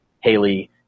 Haley